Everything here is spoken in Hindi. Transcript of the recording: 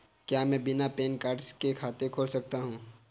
क्या मैं बिना पैन कार्ड के खाते को खोल सकता हूँ?